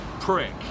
prick